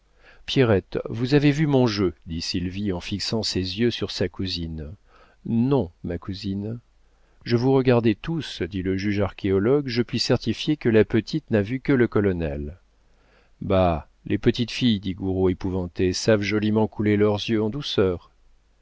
pierrette vous avez vu mon jeu dit sylvie en fixant ses yeux sur sa cousine non ma cousine je vous regardais tous dit le juge archéologue je puis certifier que la petite n'a vu que le colonel bah les petites filles dit gouraud épouvanté savent joliment couler leurs yeux en douceur